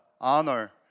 honor